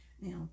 Now